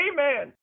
Amen